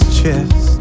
chest